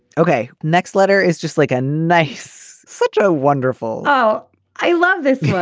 okay next letter is just like a nice such a wonderful oh i love this one.